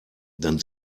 dann